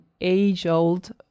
age-old